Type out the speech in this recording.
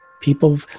People